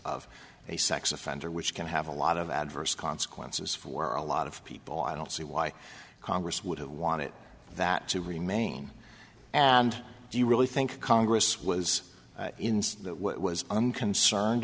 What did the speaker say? of a sex offender which can have a lot of adverse consequences for a lot of people i don't see why congress would have wanted that to remain and do you really think congress was